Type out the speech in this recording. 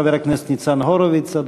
חבר הכנסת ניצן הורוביץ,